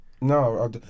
No